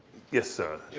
yes sir.